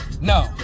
no